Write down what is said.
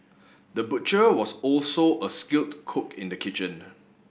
the butcher was also a skilled cook in the kitchen